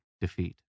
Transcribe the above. defeat